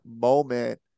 moment